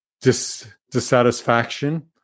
dissatisfaction